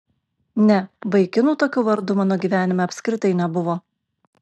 ne vaikinų tokiu vardu mano gyvenime apskritai nebuvo